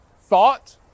thought